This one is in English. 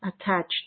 attached